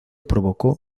provocó